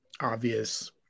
obvious